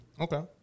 okay